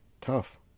tough